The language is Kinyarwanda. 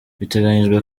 biteganyijwe